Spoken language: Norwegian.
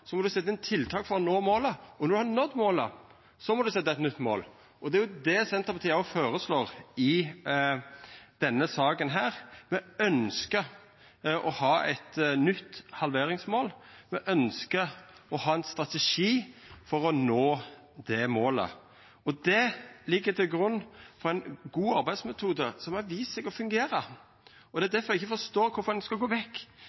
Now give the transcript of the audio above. inn tiltak for å nå målet. Og når ein har nådd målet, må ein setja eit nytt mål. Det er det Senterpartiet føreslår i denne saka. Me ønskjer å ha eit nytt halveringsmål. Me ønskjer å ha ein strategi for å nå det målet. Det ligg til grunn for ein god arbeidsmetode, som har vist seg å fungera, og det er difor eg ikkje forstår kvifor ein skal gå vekk